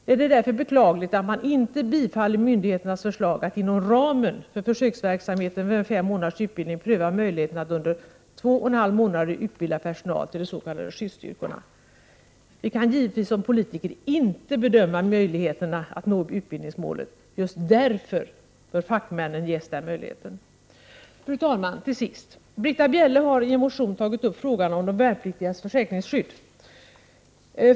Det är därför beklagligt att maninte bifaller myndigheternas förslag att inom ramen för försöksverksamhet med fem månaders utbildning pröva möjligheten att under två och en halv månad utbilda personal till de s.k. skyddsstyrkorna. Vi kan givetvis som politiker inte bedöma möjligheterna att nå utbildningsmålet. Just därför bör fackmännen ges den möjligheten. Fru talman! Till sist: Britta Bjelle har i en motion tagit upp frågan om de värnpliktigas försäkringsskydd.